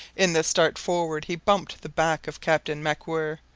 in the start forward he bumped the back of captain macwhirr,